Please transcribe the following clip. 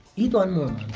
eat one more